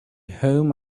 home